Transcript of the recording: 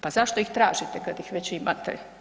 Pa zašto ih tražite kad ih već imate?